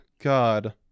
God